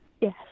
Yes